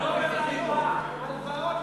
הלוואות לדיור בירושלים.